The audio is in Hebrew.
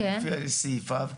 לפי סעיפיו,